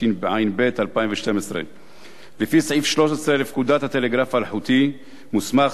התשע"ב 2012. לפי סעיף 13 לפקודת הטלגרף האלחוטי מוסמך